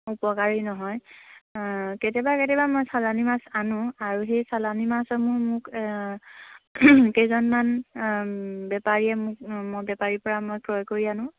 উপকাৰী নহয় কেতিয়াবা কেতিয়াবা মই চালানী মাছ আনোঁ আৰু সেই চালানী মাছসমূহ মোক কেইজনমান বেপাৰীয়ে মোক মই বেপাৰীৰ পৰা মই ক্ৰয় কৰি আনোঁ